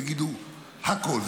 תגידו הכול,